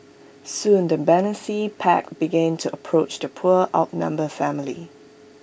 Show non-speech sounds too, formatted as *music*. soon the *unintelligible* pack began to approach the poor outnumbered family